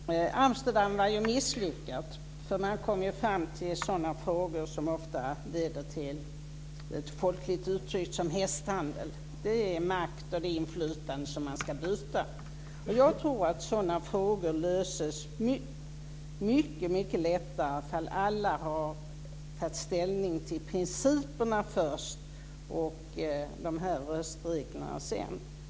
Herr talman! Amsterdam var misslyckat. Man kom fram till sådant som, folkligt uttryckt, ofta leder till hästhandel - det är makt och inflytande som man ska byta. Jag tror att sådana frågor mycket lättare löses ifall alla först har tagit ställning till principerna och sedan till röstreglerna.